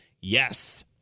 Yes